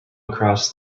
across